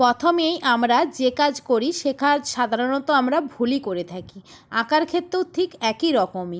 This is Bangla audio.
প্রথমেই আমরা যে কাজ করি সে কাজ সাধারণত আমরা ভুলই করে থাকি আঁকার ক্ষেত্রেও ঠিক একই রকমই